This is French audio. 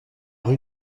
rue